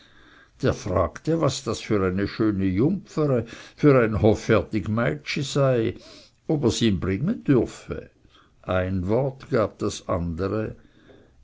der fragte was das für eine schöne jumpfere für ein hoffärtig meitschi sei ob ers ihm bringen dürfe ein wort gab das andere